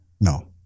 No